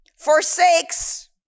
forsakes